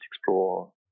explore